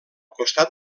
costat